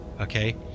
Okay